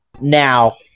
Now